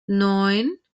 neun